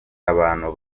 abantu